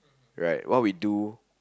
right what we do